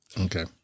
Okay